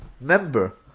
member